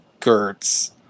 Gertz